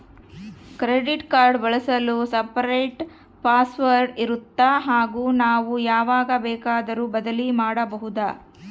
Credit card ಬಳಸಲು separate password ಇರುತ್ತಾ ಹಾಗೂ ನಾವು ಯಾವಾಗ ಬೇಕಾದರೂ ಬದಲಿ ಮಾಡಬಹುದಾ?